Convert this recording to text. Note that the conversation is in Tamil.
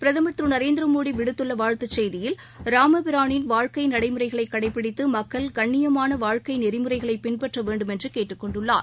பிரதமர் திரு நரேந்திரமோடி விடுத்துள்ள வாழ்த்துச் செய்தியில் ராமபிரானின் வாழ்க்கை நடைமுறைகளை கடைபிடித்து மக்கள் கண்ணியமான வாழ்க்கை நெறிமுறைகளை பின்பற்ற வேண்டுமென்று கேட்டுக் கொண்டுள்ளார்